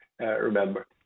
remember